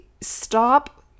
stop